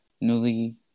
newly